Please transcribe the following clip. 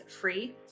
free